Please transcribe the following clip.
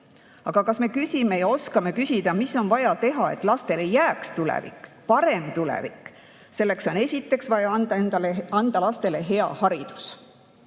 Aga kas me küsime ja oskame küsida, mis on vaja teha, et lastele jääks tulevik, parem tulevik? Selleks on esiteks vaja anda lastele hea haridus. Eesti